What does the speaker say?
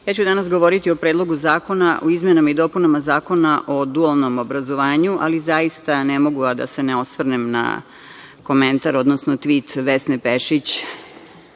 ja ću danas govoriti o Predlogu zakona o izmenama i dopunama Zakona o dualnom obrazovanju, ali zaista ne mogu a da se ne osvrnem na komentar, odnosno tvit Vesne Pešić,